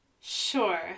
Sure